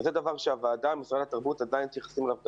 וזה דבר שהוועדה ומשרד התרבות עדיין צריכים לשים עליו דגש.